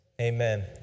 amen